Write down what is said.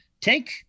Take